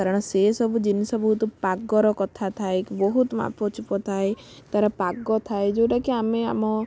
କାରଣ ସେ ସବୁ ଜିନିଷ ବହୁତ ପାଗର କଥା ଥାଏ ବହୁତ ମାପଚୁପ ଥାଏ ତାର ପାଗ ଥାଏ ଯେଉଁଟା କି ଆମେ ଆମ